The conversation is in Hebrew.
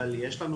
אבל יש לנו